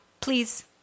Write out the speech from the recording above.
Please